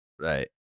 Right